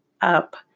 up